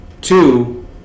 Two